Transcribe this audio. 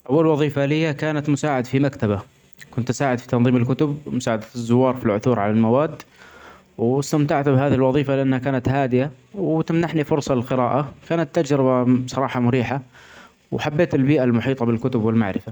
أول وظيفة لي كانت مساعد في مكتبة .كنت أساعد في تنظيم الكتب ،ومساعدة الزوار في العثور علي المواد ،وأستمتعت بهذه الوظيفة ،لأنها كانت هادئة وتمنحني فرصة للقراءة ،كانت تجربة بصراحة مريحة ،وحبيت البيئة المحيطة بالكتب والمعرفة.